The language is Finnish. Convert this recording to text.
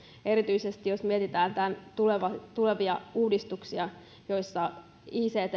erityisesti jos mietitään tulevia tulevia uudistuksia joissa ict